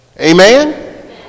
Amen